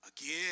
again